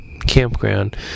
campground